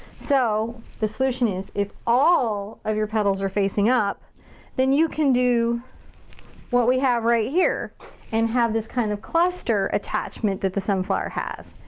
so the solution is, if all of your petals are facing up then you can do what we have right here and have this kind of cluster attachment that the sunflower has.